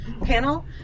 panel